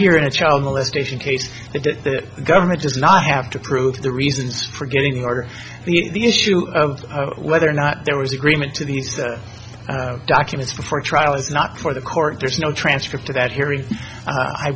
hearing a child molestation case the government does not have to prove the reasons for getting in order the issue of whether or not there was agreement to these documents before trial is not before the court there's no transcript of that hearing i